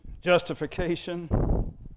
Justification